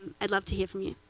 i'd love to hear from you.